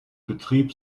betrieb